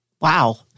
Wow